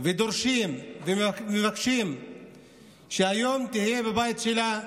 דורשים ומבקשים שהיום היא תהיה בבית שלה,